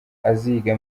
aziga